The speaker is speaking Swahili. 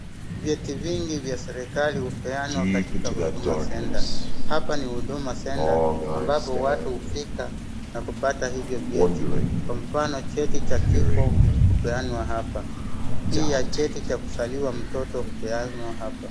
Vyeti vingi vya serikali hupeawa katika huduma centre . Hapa ni huduma centre ambapo watu hufika na kupata hivyo vyeti, kwa mfano cheti cha kifo hupeanwa hapa, pia cheti cha kuzaliwa mtoto hupeanwa hapa.